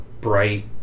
bright